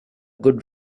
good